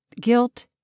Guilt